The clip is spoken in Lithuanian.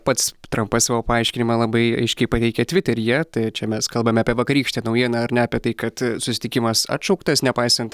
pats trampas savo paaiškinimą labai aiškiai pateikė tviteryje tai čia mes kalbame apie vakarykštę naujieną ar ne apie tai kad susitikimas atšauktas nepaisant